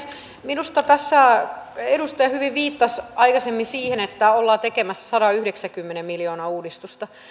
minusta tässä edustaja hyvin viittasi aikaisemmin siihen että ollaan tekemässä sadanyhdeksänkymmenen miljoonan uudistusta